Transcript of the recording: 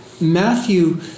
Matthew